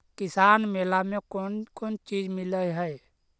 किसान मेला मे कोन कोन चिज मिलै है?